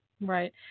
Right